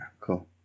cool